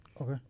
okay